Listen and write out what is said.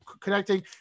connecting